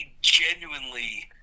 genuinely